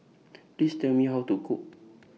Please Tell Me How to Cook